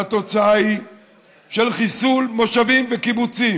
והתוצאה היא חיסול מושבים וקיבוצים.